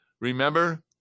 Remember